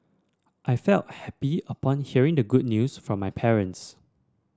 I felt happy upon hearing the good news from my parents